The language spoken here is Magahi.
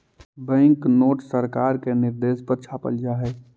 बैंक नोट सरकार के निर्देश पर छापल जा हई